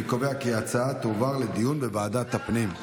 אני קובע כי ההצעה תועבר לדיון בוועדת הפנים.